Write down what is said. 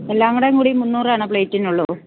എല്ലാംകൂടേം കൂടി മുന്നൂറാണ് പ്ലേറ്റിനുള്ളൂ